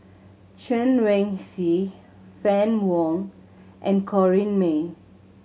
Chen Wen Hsi Fann Wong and Corrinne May